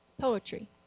Poetry